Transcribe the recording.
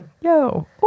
yo